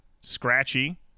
scratchy